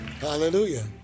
Hallelujah